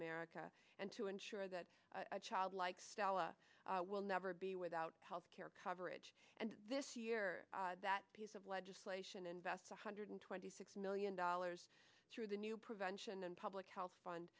america and to ensure that a child like stella will never be without health care coverage and this year that piece of legislation invests one hundred twenty six million dollars through the new prevention and public health fund